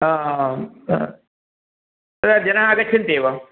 आम् तदा जनाः आगच्छन्ति एव